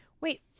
Wait